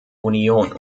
union